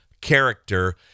character